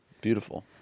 Beautiful